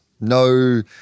no –